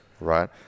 right